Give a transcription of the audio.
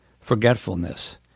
forgetfulness